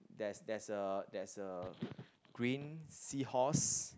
there's there's a there's a green seahorse